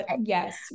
yes